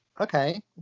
Okay